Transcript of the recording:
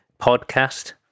podcast